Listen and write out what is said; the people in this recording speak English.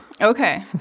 Okay